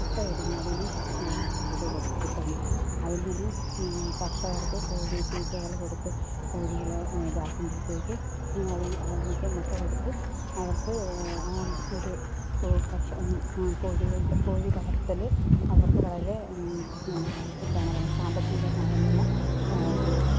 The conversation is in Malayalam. മുട്ടയിടുന്നതിന് ഉള്ള ഇത് കൊടുത്ത് കിട്ടുന്നു അതിൽനിന്ന് കർഷകർക്ക് കോഴിത്തീറ്റകൾ കൊടുത്ത് കോഴികളെ ഇതാക്കുമ്പോഴത്തേക്ക് അത് അതിൽ നിന്നൊക്കെ മുട്ട കൊടുത്ത് അവർക്ക് ആ ഒരു കർഷക കോഴികൾ കോഴിവളർത്തൽ അവർക്ക് വളരെ എന്നാ എന്താണ് സാമ്പത്തികമായിട്ടുള്ള ഒരു